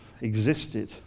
existed